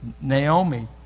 Naomi